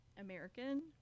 American